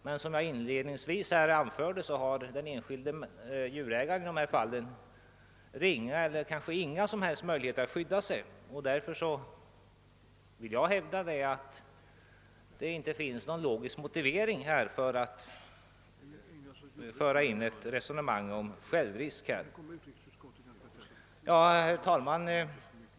Men som jag inledningsvis anförde har enskilde djurägaren i dessa fall ringa eller kanske inga möjlig heter att skydda sig. Därför vill jag hävda att det inte finns någon logisk motivering för att här tillämpa ett resonemang om självrisk. Herr talman!